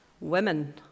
women